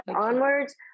onwards